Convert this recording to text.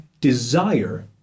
desire